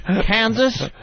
Kansas